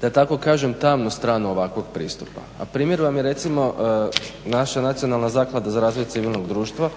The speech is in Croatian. da tako kažem, tamnu stranu ovakvog pristupa, a primjer vam je recimo naša Nacionalna zaklada za razvoj civilnog društva